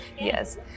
yes